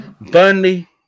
Burnley